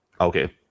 Okay